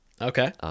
Okay